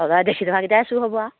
সদায় দেখি থকাকেইটাই চোৰ হ'ব আ